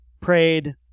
prayed